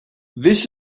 this